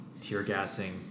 tear-gassing